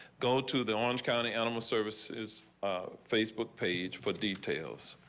go to the orange county animal services, a facebook page for details.